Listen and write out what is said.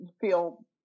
feel